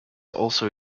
also